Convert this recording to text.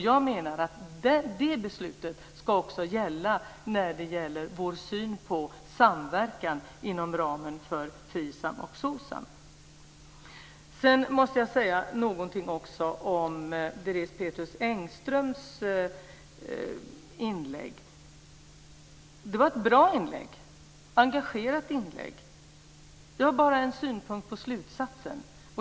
Jag menar att det beslutet också ska gälla vår syn på samverkan inom ramen för Sedan måste jag också säga någonting om Desirée Pethrus Engströms inlägg. Det var ett bra och engagerat inlägg. Jag har bara en synpunkt på slutsatsen.